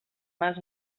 mans